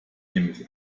nämlich